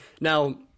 Now